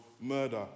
murder